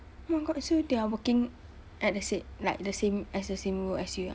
oh my god so they are working at the same like the same as the same role as you ah